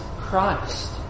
Christ